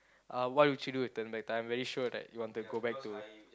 uh what would you do if turn back time very sure that you want to go back to